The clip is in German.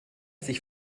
sich